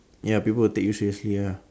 ya people will take you seriously ah